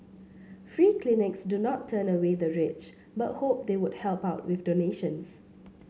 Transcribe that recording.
free clinics do not turn away the rich but hope they would help out with donations